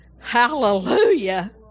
Hallelujah